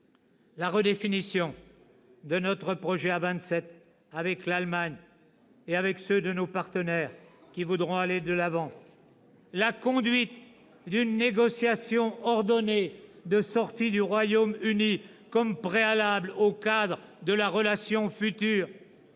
la redéfinition de notre projet à vingt-sept, avec l'Allemagne et avec ceux de nos partenaires qui voudront aller de l'avant ; la conduite d'une négociation ordonnée de sortie du Royaume-Uni comme préalable au cadre de la relation future